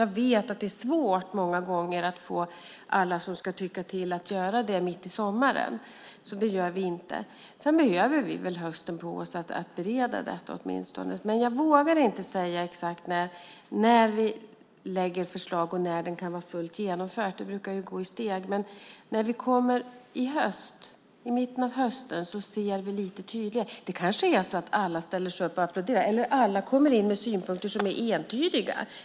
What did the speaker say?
Jag vet att det många gånger är svårt att få alla som ska tycka till att göra det mitt i sommaren. Sedan behöver vi väl hösten på oss för att bereda ärendet. Jag vågar dock inte säga exakt när vi lägger fram ett förslag och när det hela kan vara fullt genomfört. Det brukar ju gå stegvis. När vi kommer till mitten av hösten ser vi lite tydligare hur det blir. Det kanske är så att alla ställer sig upp och applåderar, eller kommer in med synpunkter som är entydiga.